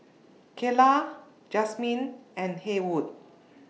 Keyla Jazmyn and Haywood